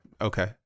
okay